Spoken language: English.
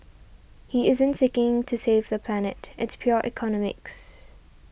he isn't seeking to save the planet it's pure economics